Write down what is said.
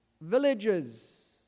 Villages